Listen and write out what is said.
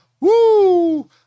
Woo